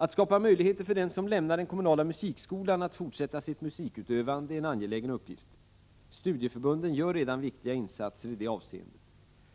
Att skapa möjligheter för den som lämnar den kommunala musikskolan att fortsätta sitt musikutövande är en angelägen uppgift. Studieförbunden gör redan viktiga insatser i detta avseende.